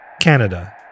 Canada